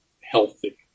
healthy